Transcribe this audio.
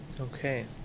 okay